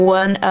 one